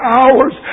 hours